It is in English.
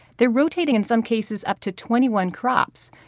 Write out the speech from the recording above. they're rotating, in some cases, up to twenty one crops.